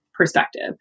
perspective